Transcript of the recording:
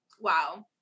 Wow